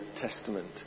Testament